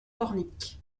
pornic